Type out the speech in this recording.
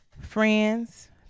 friends